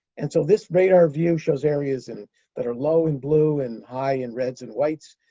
and so, this radar view shows areas and that are low in blue and high in reds and whites.